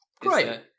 Great